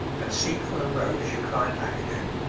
and seek for a road as you climb back again.